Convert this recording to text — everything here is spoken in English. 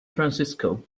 francisco